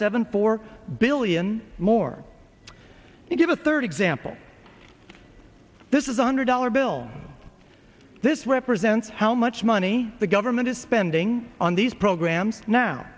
seven four billion more you give a third example this is a hundred dollar bill this represents how much money the government is spending on these programs now